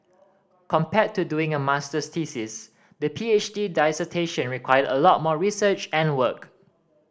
compared to doing a masters thesis the P H D dissertation required a lot more research and work